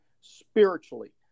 spiritually